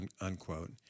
unquote